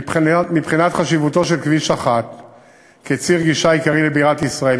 ומבחינת חשיבותו של כביש 1 כציר גישה עיקרי לבירת ישראל,